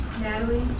Natalie